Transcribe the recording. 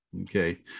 okay